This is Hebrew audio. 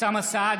אוסאמה סעדי,